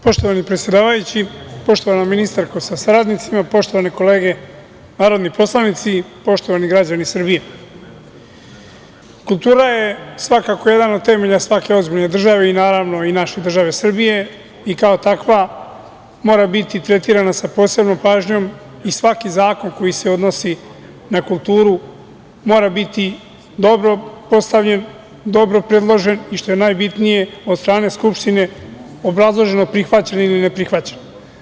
Poštovani predsedavajući, poštovana ministarko sa saradnicima, poštovane kolege narodni poslanici, poštovani građani Srbije, kultura je svakako jedan od temelja svake ozbiljne države i naravno i naše države Srbije i kao takva mora biti tretirana sa posebnom pažnjom i svaki zakon koji se odnosi na kulturu mora biti dobro postavljen, dobro predložen i, što je najbitnije, od strane Skupštine obrazloženo prihvaćen ili neprihvaćen.